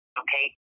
okay